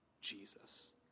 Jesus